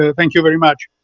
um thank you very much.